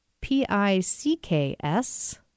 P-I-C-K-S